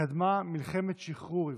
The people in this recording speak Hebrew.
קדמה מלחמת שחרור עברית",